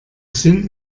sind